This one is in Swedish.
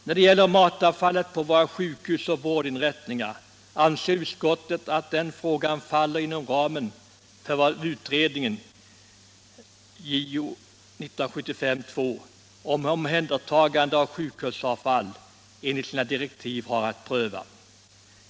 När det gäller matavfallet på våra sjukhus och vårdinrättningar anser utskottet att den frågan faller inom ramen för vad utredningen om omhändertagande av sjukhusavfall enligt sina direktiv har att pröva.